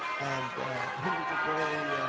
and he was a very